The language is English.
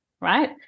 right